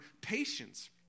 patience